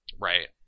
Right